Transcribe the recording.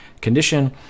condition